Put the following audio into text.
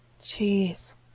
Jeez